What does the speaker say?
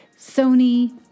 Sony